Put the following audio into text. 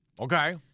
Okay